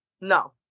No